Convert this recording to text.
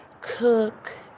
cook